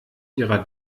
ihrer